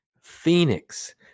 Phoenix